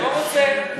לא רוצה כלום.